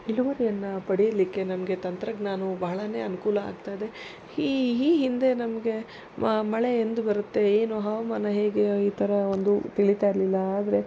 ಇಳುವರಿಯನ್ನು ಪಡಿಯಲಿಕ್ಕೆ ನಮಗೆ ತಂತ್ರಜ್ಞಾನವು ಬಹಳಾ ಅನುಕೂಲ ಆಗ್ತಾಯಿದೆ ಈ ಈ ಹಿಂದೆ ನಮಗೆ ಮಳೆ ಎಂದು ಬರುತ್ತೆ ಏನು ಹವಾಮಾನ ಹೇಗೆ ಈ ಥರ ಒಂದು ತಿಳೀತಾ ಇರಲಿಲ್ಲ ಆದರೆ